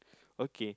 okay